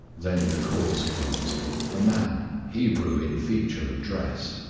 then the cause comes a man, hebrew in feature and dress.